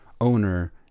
owner